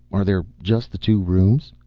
are there just the two rooms?